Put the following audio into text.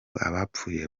abapfuye